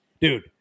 dude